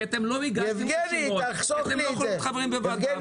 כי אתם לא הגשתם שמות ולכן אתם לא יכולים להיות חברים בוועדה.